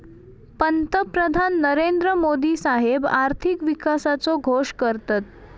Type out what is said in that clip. पंतप्रधान नरेंद्र मोदी साहेब आर्थिक विकासाचो घोष करतत